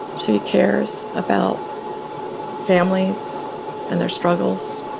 she cares about families and their struggles.